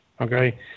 okay